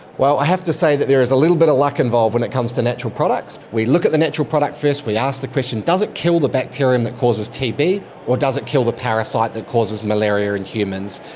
well, i have to say that there is a little bit of luck involved when it comes to natural products. we look at the natural product first, we ask that question does it kill the bacterium that causes tb or does it kill the parasite that causes malaria in humans?